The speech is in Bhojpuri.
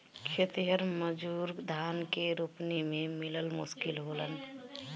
खेतिहर मजूर धान के रोपनी में मिलल मुश्किल होलन